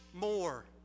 more